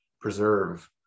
preserve